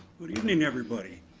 good evening, everybody,